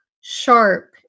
sharp